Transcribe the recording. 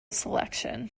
selection